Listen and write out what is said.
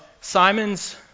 Simon's